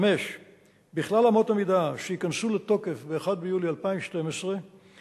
5. בכללי אמות המידה שייכנסו לתוקף ב-1 ביולי 2012 קיימת